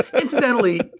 incidentally